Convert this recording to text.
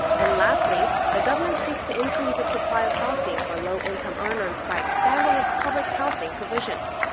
and lastly, the government seeks to increase its supply of housing for low-income earners by expanding its public housing provisions.